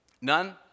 None